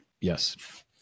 Yes